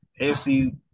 AFC